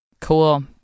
Cool